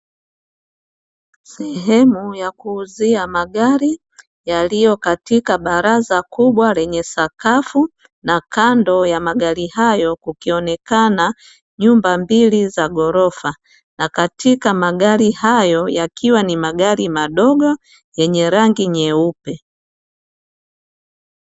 Sehemu ya kuuzia magari yaliyo katika baraza kubwa lenye sakafu, na kando ya magari hayo kukionekana nyumba mbili za ghorofa, na katika magari hayo yakiwa ni magari madogo yenye rangi nyeupe.